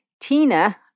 Tina